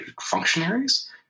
functionaries